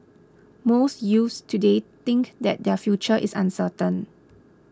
most youths today think that their future is uncertain